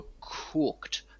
cooked